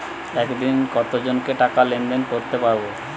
একদিন কত জনকে টাকা লেনদেন করতে পারবো?